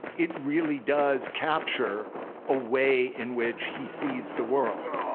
it really does capture a way in which he sees the world.